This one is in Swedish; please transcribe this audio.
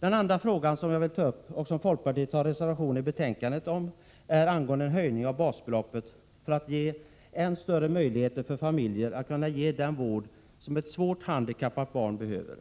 Den andra fråga som jag vill ta upp och som folkpartiet har reserverat sig för i betänkandet gäller en höjning av basbeloppet för att ge än större möjligheter för familjer att ge den vård som ett svårt handikappat barn behöver.